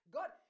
God